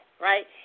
right